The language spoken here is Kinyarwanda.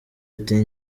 ati